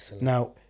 Now